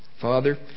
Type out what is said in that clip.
Father